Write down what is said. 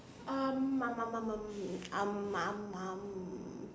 um um um um um um um um